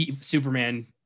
Superman